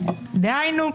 דהיינו,